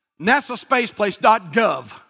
NASASpacePlace.gov